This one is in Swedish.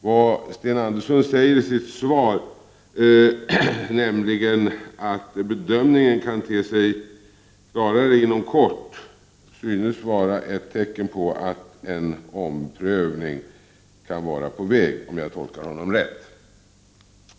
Vad Sten Andersson säger i sitt svar, nämligen att bedömningen kan te sig klarare inom kort, synes vara ett tecken på att en omprövning är på väg, om jag tolkar honom rätt.